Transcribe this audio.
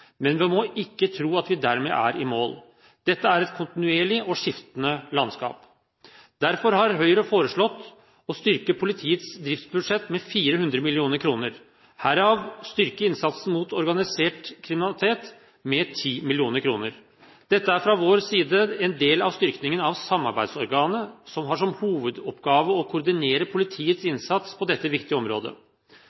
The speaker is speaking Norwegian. Men vi må ikke tro at vi dermed er i mål. Dette er et kontinuerlig skiftende landskap. Derfor har Høyre foreslått å styrke politiets driftsbudsjett med 400 mill. kr, herav styrke innsatsen mot organisert kriminalitet med 10 mill. kr. Dette er fra vår side en del av styrkingen av samordningsorganet, som har som hovedoppgave å koordinere politiets